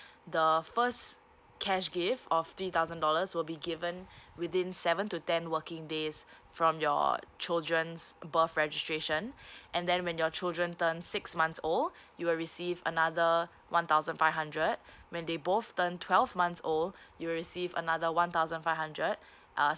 the first cash gift of three thousand dollars will be given within seven to ten working days from your children's birth registration and then when your children turn six months old you will receive another one thousand five hundred when they both turn twelve months old you'll receive another one thousand five hundred uh